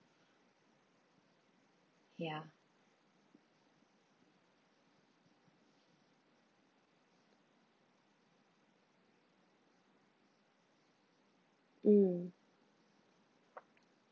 yeah mm